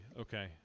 Okay